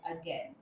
again